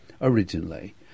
originally